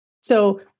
So-